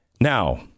Now